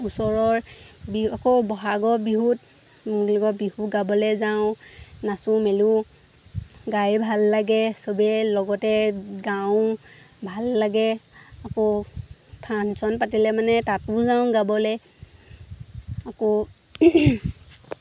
ওচৰৰ বিহু আকৌ বহাগৰ বিহুত কি বুলি কয় বিহু গাবলৈ যাওঁ নাচোঁ মেলোঁ গাই ভাল লাগে চবেই লগতে গাওঁ ভাল লাগে আকৌ ফাংচন পাতিলে মানে তাতো যাওঁ গাবলৈ আকৌ